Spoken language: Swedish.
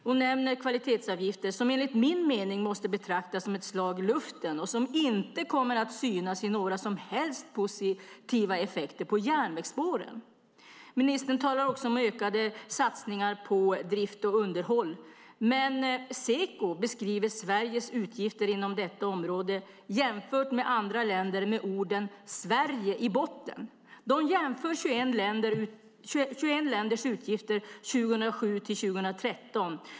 Hon nämner kvalitetsavgifter, som enligt min mening måste betraktas som slag i luften och som inte kommer att synas i några som helst positiva effekter på järnvägsspåren. Ministern talar också ökade satsningar på drift och underhåll. Men Seko beskriver Sveriges utgifter inom detta område jämfört med andra länder med orden "Sverige i botten". De jämför 21 länders utgifter 2007-2013.